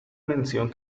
mención